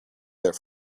there